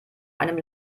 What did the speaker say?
einem